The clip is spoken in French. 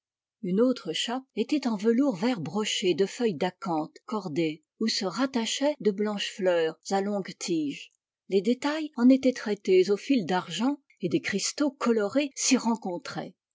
une autre chape était en velours vert broché de feuilles d'acanthe cordées où se rattachaient de blanches fleurs à longue tige les détails en étaient traités au fil d'argent et des cristaux colorés s'y rencontraient